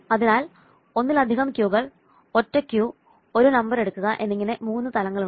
അതിനാൽ ഒന്നിലധികം ക്യൂകൾ ഒറ്റ ക്യൂ ഒരു നമ്പർ എടുക്കുക എന്നിങ്ങനെ മൂന്ന് തലങ്ങളുണ്ട്